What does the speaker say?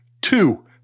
Two